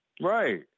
Right